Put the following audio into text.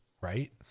right